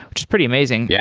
which is pretty amazing. yeah